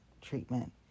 treatment